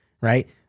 right